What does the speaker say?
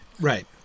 Right